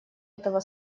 этого